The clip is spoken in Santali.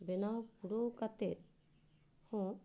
ᱵᱮᱱᱟᱣ ᱯᱩᱨᱟᱹᱣ ᱠᱟᱛᱮᱫ ᱦᱚᱸ